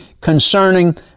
concerning